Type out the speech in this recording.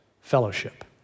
fellowship